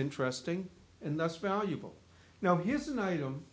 interesting and that's valuable now here's an item